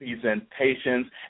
presentations